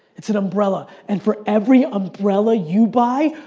it's an umbrella and for every umbrella you buy,